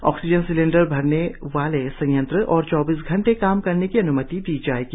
oxygen cylinder भरने वाले संयंत्रों को चौबीसों घंटे काम करने की अन्मति दी जाएगी